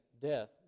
death